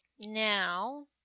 Now